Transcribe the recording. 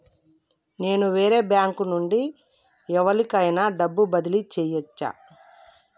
నేను వేరే బ్యాంకు నుండి ఎవలికైనా డబ్బు బదిలీ చేయచ్చా?